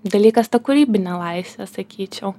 dalykas tą kūrybinė laisvė sakyčiau